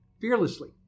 Fearlessly